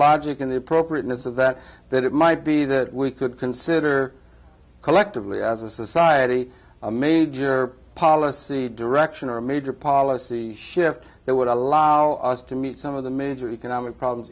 logic in the appropriateness of that that it might be that we could consider collectively as a society a major policy direction or a major policy shift that would allow us to meet some of the major economic problems